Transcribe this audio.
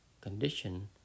condition